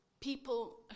people